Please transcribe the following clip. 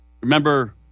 Remember